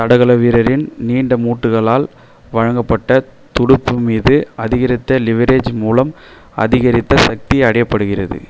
தடகள வீரரின் நீண்ட மூட்டுகளால் வழங்கப்பட்ட துடுப்பு மீது அதிகரித்த லிவரேஜ் மூலம் அதிகரித்த சக்தி அடையப்படுகிறது